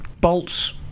bolts